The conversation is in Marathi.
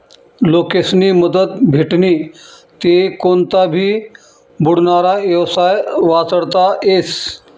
लोकेस्नी मदत भेटनी ते कोनता भी बुडनारा येवसाय वाचडता येस